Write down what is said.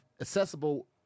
accessible